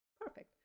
Perfect